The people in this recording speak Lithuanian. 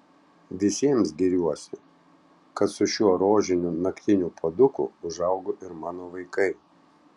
visiems giriuosi kad su šiuo rožiniu naktiniu puoduku užaugo ir mano vaikai